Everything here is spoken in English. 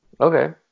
Okay